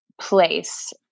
place